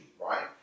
right